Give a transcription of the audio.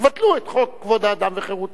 תבטלו את חוק כבוד האדם וחירותו,